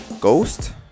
ghost